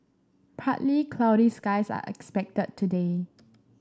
partly cloudy skies are expected today